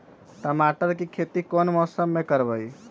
टमाटर की खेती कौन मौसम में करवाई?